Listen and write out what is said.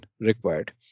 required